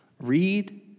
Read